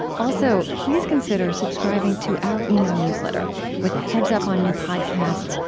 also, please consider subscribing to our email newsletter with a heads-up on new podcasts,